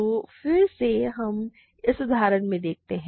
तो फिर से हम इस उदाहरण से देखते हैं